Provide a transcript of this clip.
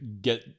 get